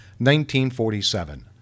1947